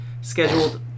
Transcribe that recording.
scheduled